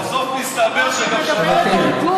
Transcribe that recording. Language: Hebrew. מוותרת,